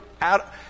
out